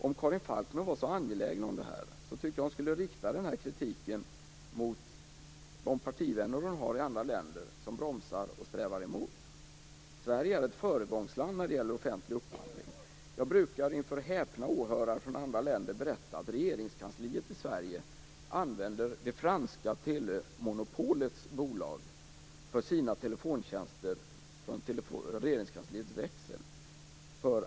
Om Karin Falkmer är så angelägen om detta tycker jag att hon skall rikta kritiken mot de partivänner som hon har i andra länder som bromsar och strävar emot. Sverige är ett föregångsland när det gäller offentlig upphandling. Jag brukar för häpna åhörare från andra länder berätta att Regeringskansliet i Sverige använder det franska telemonopolets bolag för Regeringskansliets växel.